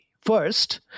first